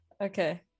Okay